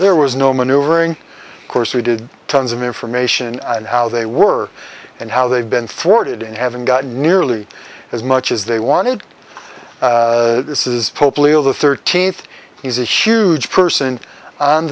there was no maneuvering course we did tons of information on how they were and how they've been thwarted and haven't got nearly as much as they wanted this is hopefully all the thirteenth is a huge person on